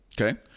Okay